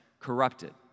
corrupted